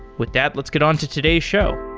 with that, let's get on to today's show.